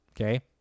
Okay